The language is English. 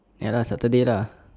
ya lah saturday lah